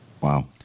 Wow